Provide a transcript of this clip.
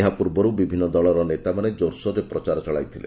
ଏହା ପୂର୍ବରୁ ବିଭିନ୍ନ ଦଳର ନେତାମାନେ ଜୋରସୋରରେ ପ୍ରଚାର ଚଳାଇଥିଲେ